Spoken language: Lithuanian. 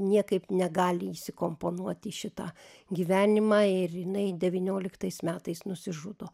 niekaip negali įsikomponuot į šitą gyvenimą ir jinai devynioliktais metais nusižudo